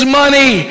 money